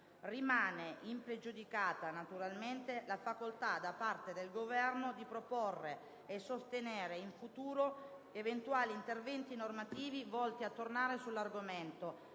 Rimane impregiudicata, naturalmente, la facoltà da parte del Governo di proporre e sostenere, in futuro, eventuali interventi normativi volti a tornare sull'argomento,